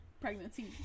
pregnancy